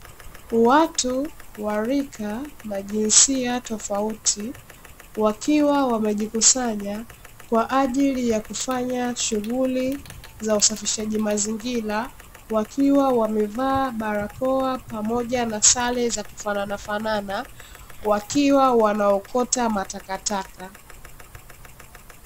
Watu wa rika na jinsia tofauti wakiwa wamejikusanya kwa ajili ya kufanya shuguli za usafishaji mazingira, wakiwa wamevaa barakoa pamoja na sare za kufananafanana wakiwa wanaokota matakataka.